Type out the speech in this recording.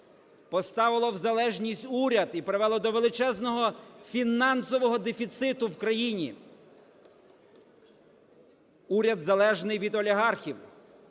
поставило в залежність уряд і привело до величезного фінансового дефіциту в країні! Уряд залежний від олігархів,